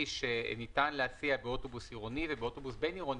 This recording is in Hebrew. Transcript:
שניתן להסיע באוטובוס עירוני ובאוטובוס בין-עירוני?